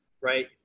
right